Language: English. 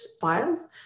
files